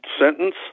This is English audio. sentence